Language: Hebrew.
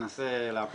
נשנה לך